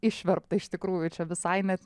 išverpta iš tikrųjų čia visai net